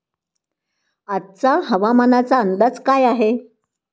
आजचा हवामानाचा अंदाज काय आहे?